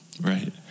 Right